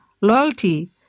loyalty